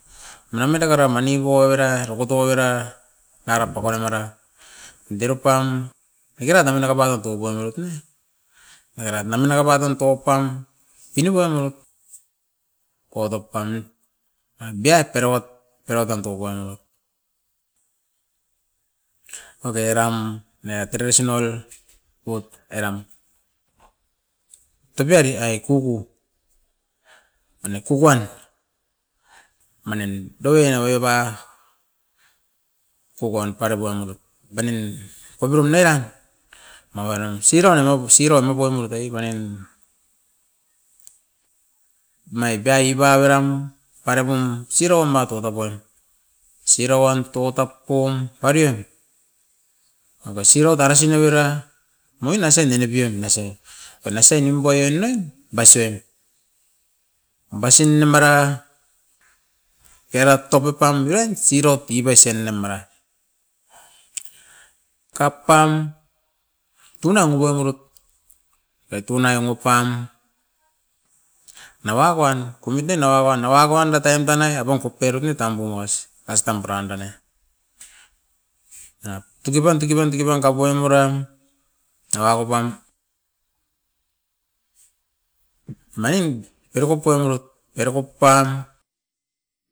Namenaka era mani koivera rokotoi vera nakapokora mera deropam makinat nanga nanga painoit toipun amit ne, nangerat nama nanga pa tun toupam pinipoim urut okotot panoit aviat erowat, erowat tan tokoi amurut. Oke eram nea tredisinol wok eram, tupiari aikuku mani kukuan. Manin dovoin aveu pa kukuan parepo amurut banin kopirum nera mawanium siraun anoku siraun makoi amurut ei banen. Omai biaip averan parepum siroun matotopoim. Sirauan toutap pum parion, avai siroi tarasi noivera moin asen nene bian mese, wan asen nimpoi anoin baisoen, baisin amara, era top ipam roin sirot ibaisen nemara. Kapam, tuanan okoim urut ra tunai amuku pam nawa kuam komit ne nanga kuan. Nanga kuan da dain tanai abongkop perup ne tambu moas astan paran danae. Enat tuki pam, tuki pam, tuki pam kapoim eram, nanga kopam, manin era kopoi merot. Era kop pan.